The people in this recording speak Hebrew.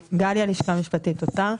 גליה, לשכה משפטית, משרד האוצר.